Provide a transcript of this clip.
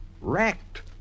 Wrecked